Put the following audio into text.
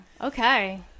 Okay